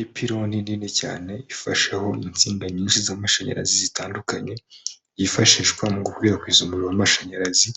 lpironi nini cyane ifasheho insinga nyinshi z'amashanyarazi zitandukanye, yifashishwa mu gukwirakwiza umuriro w'amashanyarazi